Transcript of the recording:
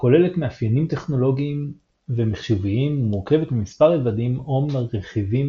כוללת מאפיינים טכנולוגיים ומחשוביים ומורכבת ממספר רבדים או מרכיבים